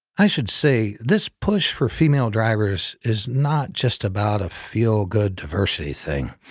i should say, this push for female drivers is not just about a feel-good diversity thing.